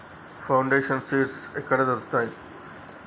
Foundation seeds ఎక్కడ దొరుకుతాయి?